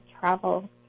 travel